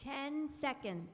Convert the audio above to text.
ten seconds